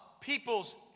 people's